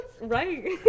right